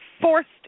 forced